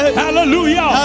hallelujah